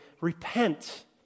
repent